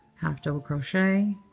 half double crochet